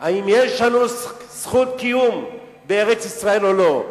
האם יש לנו זכות קיום בארץ-ישראל או לא,